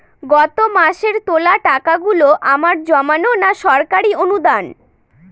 গত মাসের তোলা টাকাগুলো আমার জমানো না সরকারি অনুদান?